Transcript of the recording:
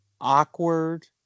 awkward